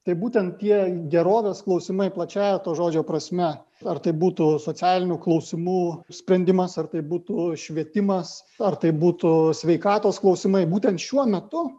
tai būtent tie gerovės klausimai plačiąja to žodžio prasme ar tai būtų socialinių klausimų sprendimas ar tai būtų švietimas ar tai būtų sveikatos klausimai būtent šiuo metu